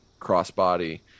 crossbody